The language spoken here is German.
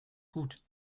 gut